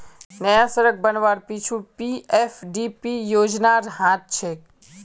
नया सड़क बनवार पीछू पीएफडीपी योजनार हाथ छेक